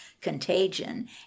contagion